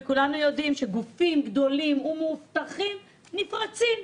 וכולנו יודעים שגופים גדולים ומאובטחים נפרצים.